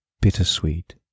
bittersweet